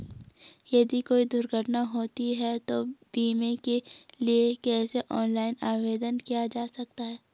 यदि कोई दुर्घटना होती है तो बीमे के लिए कैसे ऑनलाइन आवेदन किया जा सकता है?